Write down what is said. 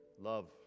love